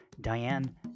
Diane